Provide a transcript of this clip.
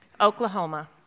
Oklahoma